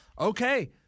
Okay